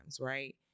right